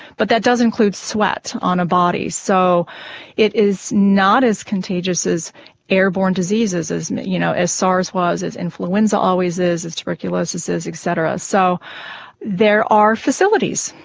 but that does include sweat on a body. so it is not as contagious as airborne diseases, as you know as sars was, as influenza always is, as tuberculosis is et cetera. so there are facilities,